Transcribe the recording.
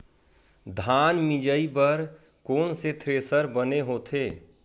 धान मिंजई बर कोन से थ्रेसर बने होथे?